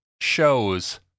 shows